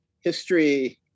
history